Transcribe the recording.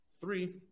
Three